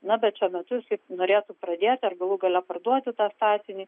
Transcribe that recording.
na bet šiuo metu jis norėtų pradėt ar galų gale parduotitą statinį